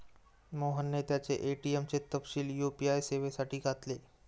मोहनने त्याचे ए.टी.एम चे तपशील यू.पी.आय सेवेसाठी घातले